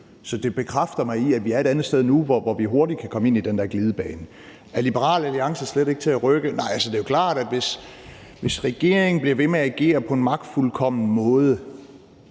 Så det bekræfter mig i, at vi er et andet sted nu, hvor vi hurtigt kan komme ind i den der glidebane. Er Liberal Alliance slet ikke til at rykke? Altså, det er jo klart, at hvis regeringen bliver ved med at agere på en magtfuldkommen måde,